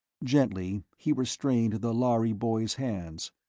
gently, he restrained the lhari boy's hands.